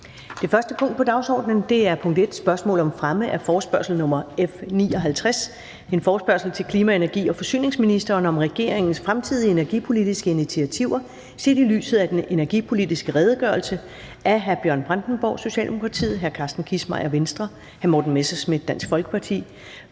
Det første punkt på dagsordenen er: 1) Spørgsmål om fremme af forespørgsel nr. F 59: Forespørgsel til klima-, energi- og forsyningsministeren om regeringens fremtidige energipolitiske initiativer set i lyset af den energipolitiske redegørelse. Af Bjørn Brandenborg (S), Carsten Kissmeyer (V), Morten Messerschmidt (DF), Signe